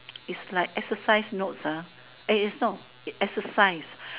is like exercise notes is no exercise